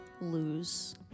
lose